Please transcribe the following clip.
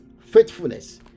Faithfulness